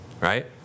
right